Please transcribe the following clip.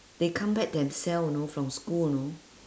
they come back themselves you know from school know